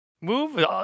Move